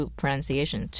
pronunciation